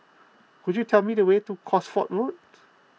could you tell me the way to Cosford Road